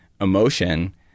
emotion